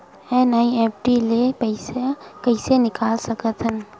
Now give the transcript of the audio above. NEFT ले पईसा कइसे निकाल सकत हन?